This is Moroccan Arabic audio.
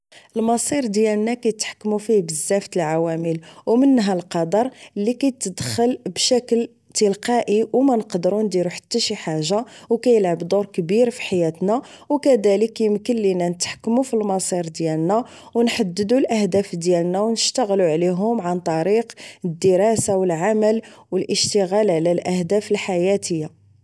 المصير ديالنا كيتحكمو فيه بزاف تالعوامل و منها القدر اللي كيتدخل بشكل تلقائي و مانقدرو نديرو حتى شي حاجة و كيلعب دور كبير فحياتنا و كذالك كيمكن لينا نتحكمو فالمصير ديالنا و نحددو الاهداف ديالنا و نشتغلو عليهم عن طريق الدراسة و العمل و الاشتغال على الاهداف الحياتية